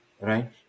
right